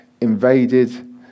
invaded